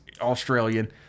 Australian